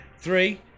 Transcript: Three